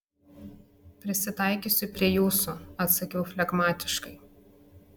prisitaikysiu prie jūsų atsakiau flegmatiškai